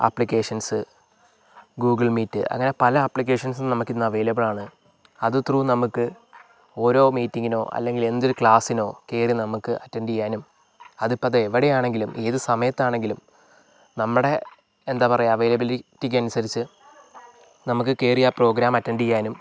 applications Google Meet അങ്ങന പല ആപ്ലികേഷൻസും നമുക്ക് ഇന്ന് അവൈലബിൾ ആണ് അത് ത്രൂ നമുക്ക് ഓരോ മീറ്റിങ്ങിനോ അല്ലെങ്കിൽ എന്തൊരു ക്ലാസ്സിനോ കയറി നമുക്ക് അറ്റന്റ് ചെയ്യാനും അതിപ്പം അതെവിടെയാണെങ്കിലും ഏത് സമയത്താണെങ്കിലും നമ്മുടെ എന്താ പറയുക അവൈലബിലിറ്റിക്കനുസരിച്ച് നമുക്ക് കയറി ആ പ്രോഗ്രാം അറ്റന്റ് ചെയ്യാനും